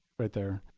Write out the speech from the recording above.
right there.